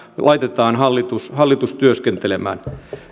laitetaan hallitus hallitus työskentelemään